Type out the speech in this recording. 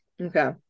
okay